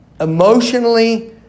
emotionally